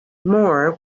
moore